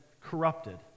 corrupted